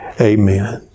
Amen